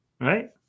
Right